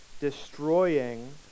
destroying